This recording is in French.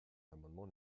l’amendement